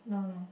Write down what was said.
no no